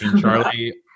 Charlie